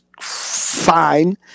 fine